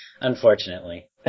Unfortunately